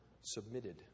submitted